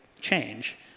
change